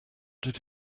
did